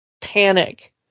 panic